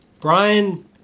Brian